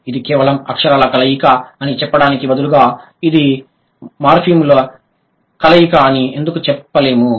ఇది కేవలం అక్షరాల కలయిక అని చెప్పడానికి బదులుగా ఇది మార్ఫిమ్ల కలయిక అని ఎందుకు చెప్పలేము